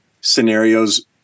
scenarios